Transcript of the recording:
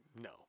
No